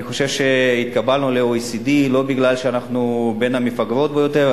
אני חושב שהתקבלנו ל-OECD לא בגלל שאנחנו בין המפגרות ביותר,